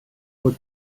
fod